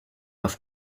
auf